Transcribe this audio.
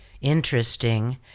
interesting